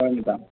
ꯍꯣꯏ ꯃꯦꯗꯥꯝ